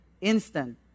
instant